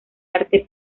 arte